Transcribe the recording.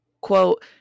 Quote